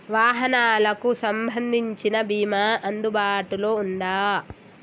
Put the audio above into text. వాహనాలకు సంబంధించిన బీమా అందుబాటులో ఉందా?